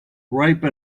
ripe